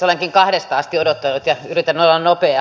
olenkin kahdesta asti odottanut ja yritän olla nopea